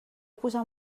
posar